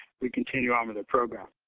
we continue on with a program.